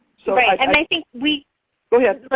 so right, and i think we go yeah but